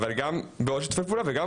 גם ביצירה של עוד שיתופי פעולה וגם,